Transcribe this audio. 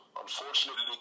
unfortunately